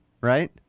right